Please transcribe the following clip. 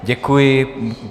Děkuji.